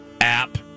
app